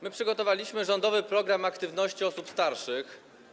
My przygotowaliśmy rządowy program aktywności osób starszych.